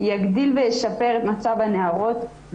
תגדיל ותשפר את מצב הנערות,